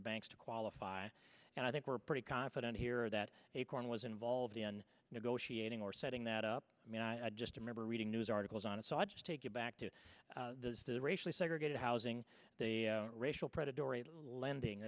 the banks to qualify and i think we're pretty confident here that acorn was involved in negotiating or setting that up i mean i just remember reading news articles on it so i just take it back to those the racially segregated housing the racial predatory lending